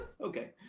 Okay